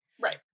Right